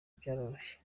byaroroshye